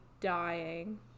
dying